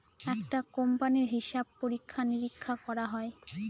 একটা কোম্পানির হিসাব পরীক্ষা নিরীক্ষা করা হয়